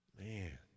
Man